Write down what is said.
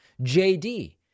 JD